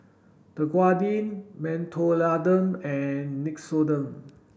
Dequadin Mentholatum and Nixoderm